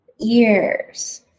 ears